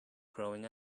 growing